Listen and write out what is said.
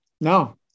no